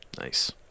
nice